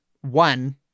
one